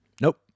Nope